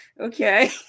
okay